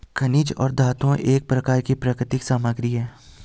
खनिज और धातुएं एक प्रकार की प्राकृतिक सामग्री हैं